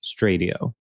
Stradio